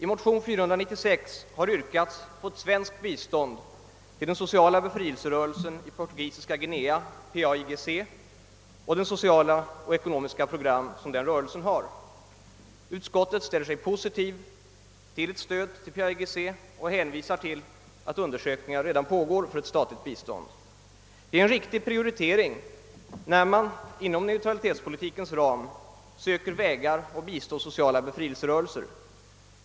I motionen II: 496 har yrkats på ett svenskt bistånd till den sociala frihetsrörelsen i Portugisiska Guinea, PAIGC, och det sociala och ekonomiska program som denna rörelse har. Utskottet ställer sig positivt till ett stöd till PAIGC och hänvisar till att undersökningar redan pågår om möjligheterna för ett statligt bistånd. Det är en riktig prioritering när man inom neutralitetspolitikens ram söker vägar att bistå sociala frihetsrörelser.